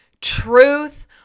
truth